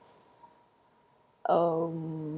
um